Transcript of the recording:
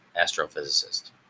Astrophysicist